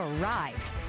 arrived